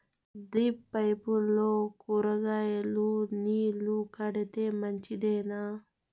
Drip పైపుల్లో కూరగాయలు నీళ్లు కడితే మంచిదేనా?